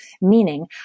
meaning